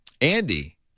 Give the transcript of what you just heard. Andy